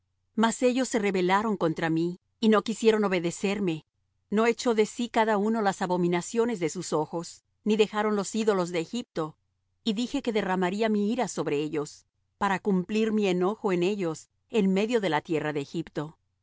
mas ellos se rebelaron contra mí y no quisieron obedecerme no echó de sí cada uno las abominaciones de sus ojos ni dejaron los ídolos de egipto y dije que derramaría mi ira sobre ellos para cumplir mi enojo en ellos en medio de la tierra de egipto con todo á